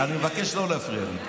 אני מבקש לא להפריע לי.